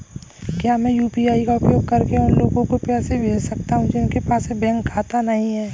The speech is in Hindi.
क्या मैं यू.पी.आई का उपयोग करके उन लोगों को पैसे भेज सकता हूँ जिनके पास बैंक खाता नहीं है?